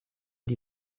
die